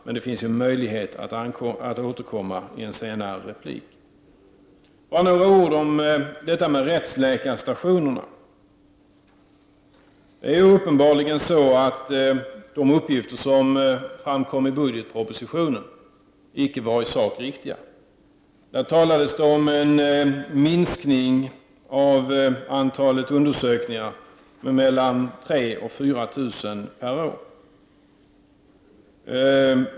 Men det finns ju möjlighet att återkomma i en senare replik. Så några ord om rättsläkarstationerna. Det är ju uppenbarligen så att de uppgifter som framkom i budgetpropositionen icke var i sak riktiga. Där talades det om en minskning av antalet undersökningar med mellan 3 000 och 4 000 per år.